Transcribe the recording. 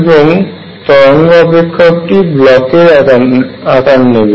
এবং তরঙ্গ অপেক্ষকটি ব্লকের আকার নেবে